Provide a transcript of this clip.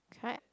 can I